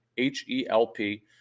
H-E-L-P